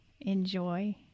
enjoy